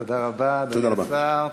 תודה רבה, אדוני השר.